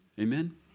Amen